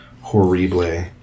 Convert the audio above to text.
horrible